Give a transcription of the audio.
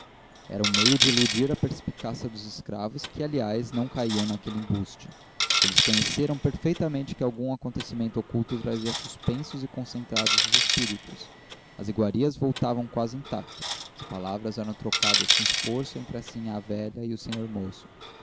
era um meio de iludir a perspicácia dos escravos que aliás não caíram naquele embuste eles conheceram perfeitamente que algum acontecimento oculto trazia suspensos e concentrados os espíritos as iguarias voltavam quase intactas as palavras eram trocadas com esforço entre a sinhá velha e o senhor moço